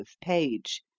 page